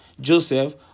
Joseph